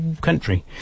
country